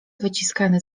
wyciskany